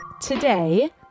today